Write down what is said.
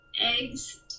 eggs